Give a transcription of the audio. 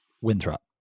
Winthrop